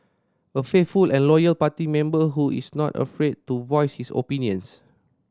a faithful and loyal party member who is not afraid to voice his opinions